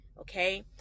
okay